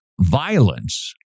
violence